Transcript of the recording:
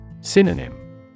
Synonym